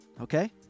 Okay